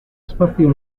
espazio